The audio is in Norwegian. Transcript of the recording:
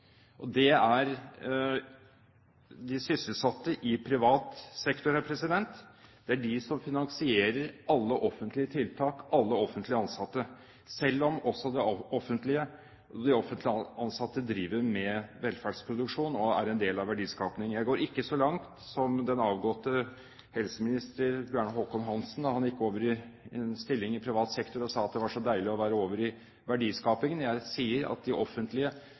og det er de sysselsatte i privat sektor – det er de som finansierer alle offentlige tiltak og alle offentlig ansatte, selv om også de offentlig ansatte driver med velferdsproduksjon og er en del av verdiskapingen. Jeg går ikke så langt som den avgåtte helseminister, Bjarne Håkon Hanssen, som, da han gikk over i en stilling i privat sektor, sa at det var så deilig å være over i verdiskapingen. Jeg sier at de